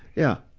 yeah.